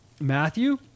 matthew